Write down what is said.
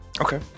Okay